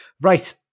Right